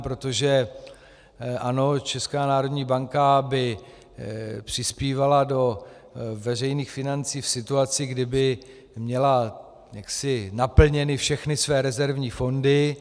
Protože ano, Česká národní banka by přispívala do veřejných financí v situaci, kdy by měla naplněny všechny své rezervní fondy.